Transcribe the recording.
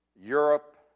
Europe